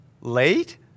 Late